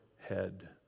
head